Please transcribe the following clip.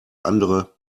andere